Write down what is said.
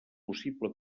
possible